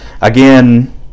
Again